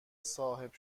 صاحب